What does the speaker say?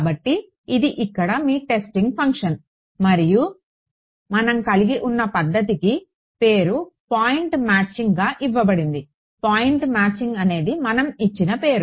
కాబట్టి ఇది ఇక్కడ మీ టెస్టింగ్ ఫంక్షన్ మరియు మనం కలిగి ఉన్న పద్ధతికి పేరు పాయింట్ మ్యాచింగ్ గా ఇవ్వబడింది పాయింట్ మ్యాచింగ్ అనేది మనం ఇచ్చిన పేరు